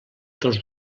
dels